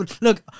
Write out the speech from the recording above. Look